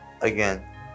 again